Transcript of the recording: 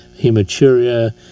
hematuria